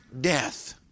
death